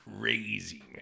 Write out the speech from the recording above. crazy